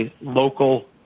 local